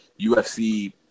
UFC